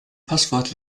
passwort